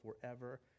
forever